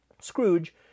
Scrooge